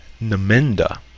Namenda